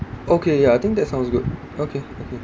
okay ya I think that sounds good okay okay